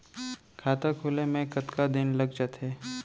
खाता खुले में कतका दिन लग जथे?